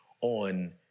on